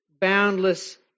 boundless